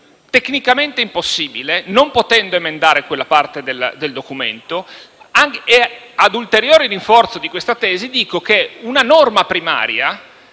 tecnicamente impossibile non potendo emendare quella parte del documento. A ulteriore rinforzo di questa tesi, dico che una norma primaria